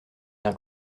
air